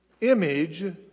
image